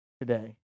today